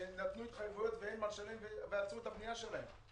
שנתנו התחייבויות ואין מה לשלם ועצרו את הבנייה שלהם.